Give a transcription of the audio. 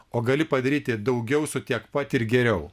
o gali padaryti daugiau su tiek pat ir geriau